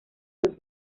los